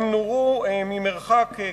הם נורו מקרוב,